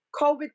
COVID